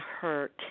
hurt